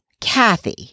Kathy